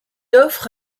offre